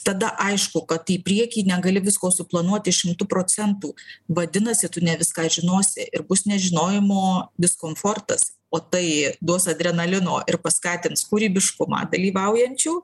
tada aišku kad į priekį negali visko suplanuoti šimtu procentų vadinasi tu ne viską žinosi ir bus nežinojimo diskomfortas o tai duos adrenalino ir paskatins kūrybiškumą dalyvaujančių